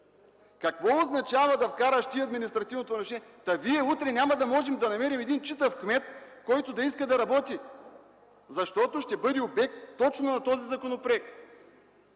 Какво означава да вкараш административно нарушение? Ние утре няма да можем да намерим един читав кмет, който да иска да работи, защото ще бъде обект точно на този законопроект.